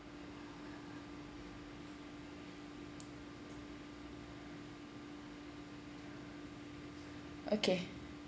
okay